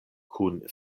kun